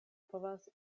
povas